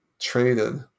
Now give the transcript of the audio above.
Traded